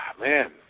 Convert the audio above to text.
man